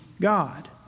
God